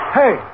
Hey